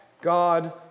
God